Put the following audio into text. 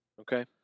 Okay